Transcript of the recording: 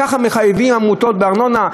ככה מחייבים עמותות בארנונה?